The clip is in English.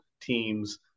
teams